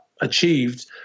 achieved